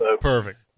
Perfect